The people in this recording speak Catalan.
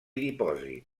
dipòsit